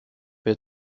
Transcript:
wer